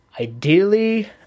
ideally